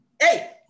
Hey